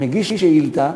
מגיש שאילתה,